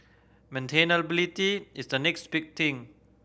maintainability is the next big thing